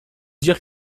dire